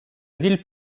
ville